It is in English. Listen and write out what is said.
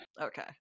Okay